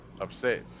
upset